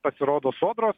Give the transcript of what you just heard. pasirodo sodros